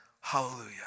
hallelujah